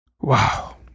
Wow